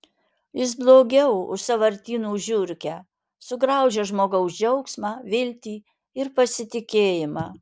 jis blogiau už sąvartynų žiurkę sugraužia žmogaus džiaugsmą viltį ir pasitikėjimą